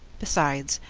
besides,